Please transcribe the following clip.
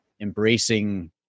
embracing